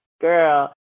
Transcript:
girl